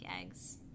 eggs